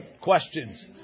questions